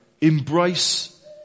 embrace